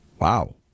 Wow